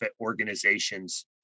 organizations